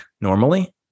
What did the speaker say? normally